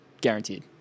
Guaranteed